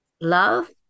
Love